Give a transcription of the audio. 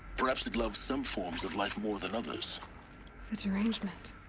perhaps it loves some forms of life more than others the derangement.